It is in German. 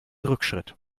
rückschritt